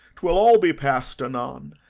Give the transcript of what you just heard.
twill all be past anon.